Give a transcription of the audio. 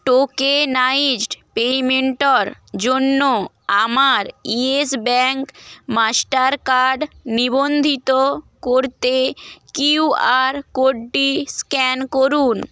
tokenised পেইমেন্টের জন্য আমার ইয়েস ব্যাঙ্ক মাস্টার কার্ড নিবন্ধিত করতে কিউআর কোডটি স্ক্যান করুন